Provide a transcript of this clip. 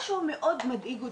מה שמאוד מדאיג אותי,